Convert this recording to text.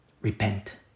Repent